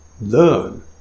learn